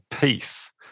peace